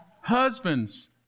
husbands